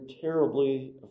terribly